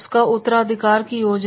और उत्तराधिकार की योजना